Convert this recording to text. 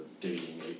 dating